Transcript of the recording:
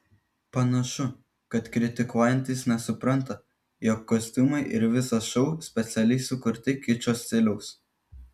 panašu kad kritikuojantys nesupranta jog kostiumai ir visas šou specialiai sukurti kičo stiliaus